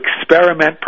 experiment